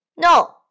No